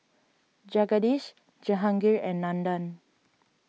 Jagadish Jehangirr and Nandan